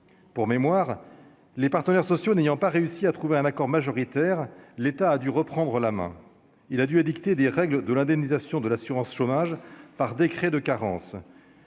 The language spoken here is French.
pour mémoire, les partenaires sociaux n'ayant pas réussi à trouver un accord majoritaire, l'État a dû reprendre la main, il a dû édicter des règles de l'indemnisation de l'assurance-chômage par décret de carence,